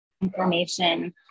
information